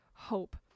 hope